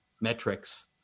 metrics